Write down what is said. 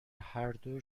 هردو